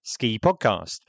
SKIPODCAST